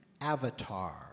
Avatar